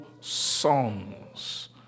songs